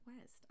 West